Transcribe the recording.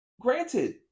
granted